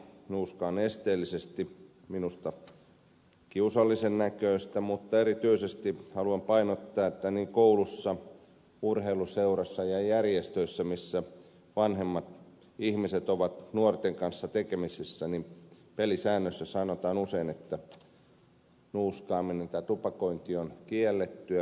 nuuska on esteellisesti minusta kiusallisen näköistä mutta erityisesti haluan painottaa että niin kouluissa urheiluseuroissa kuin järjestöissä missä vanhemmat ihmiset ovat nuorten kanssa tekemisissä pelisäännöissä sanotaan usein että nuuskaaminen tai tupakointi on kiellettyä